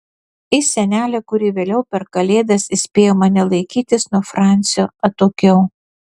į senelę kuri vėliau per kalėdas įspėjo mane laikytis nuo francio atokiau